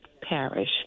Parish